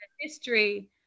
history